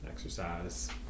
exercise